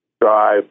drive